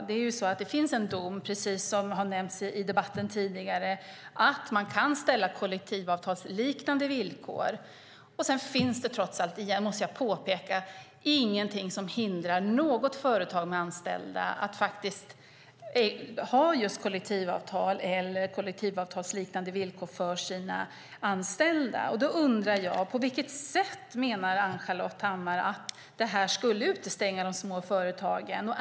Det finns en dom på att man kan ställa krav på kollektivavtalsliknande villkor, vilket har nämnts i debatten tidigare. Och jag måste ännu en gång påpeka att det inte finns något som hindrar företag att ha kollektivavtal eller kollektivavtalsliknande villkor för sina anställda. På vilket sätt menar Ann-Charlotte Hammar Johnsson att detta skulle utestänga de små företagen?